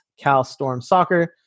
CalStormSoccer